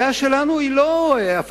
הבעיה שלנו היא לא הפלסטינים.